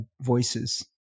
voices